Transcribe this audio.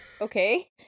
Okay